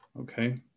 Okay